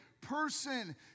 person